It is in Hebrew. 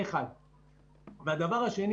הדבר השני